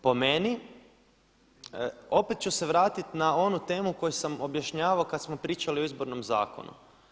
Po meni, opet ću se vratiti na onu temu koju sam objašnjavao kada smo pričali o Izbornom zakonu.